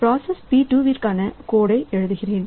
process P2 விற்கான code எழுதுகிறேன்